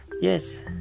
yes